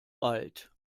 alt